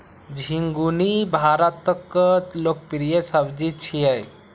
झिंगुनी भारतक लोकप्रिय सब्जी छियै